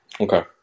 Okay